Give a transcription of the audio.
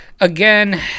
again